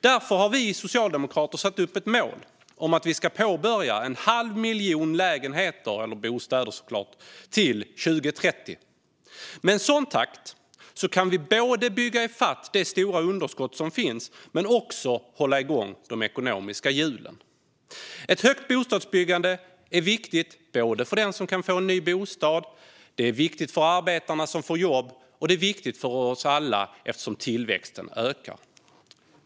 Därför har vi socialdemokrater satt upp ett mål om att påbörja en halv miljon bostäder till 2030. Med en sådan takt kan vi både bygga i fatt det stora underskott som finns och hålla igång de ekonomiska hjulen. Ett högt bostadsbyggande är viktigt för dem som kan få en ny bostad och för arbetarna som får jobb. Och eftersom tillväxten ökar är det viktigt för oss alla.